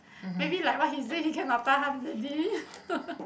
maybe like what he say he cannot tahan already